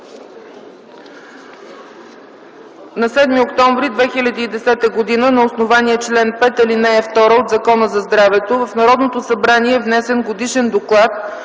На 7 октомври 2010 г. на основание чл. 5, ал. 2 от Закона за здравето в Народното събрание е внесен Годишен доклад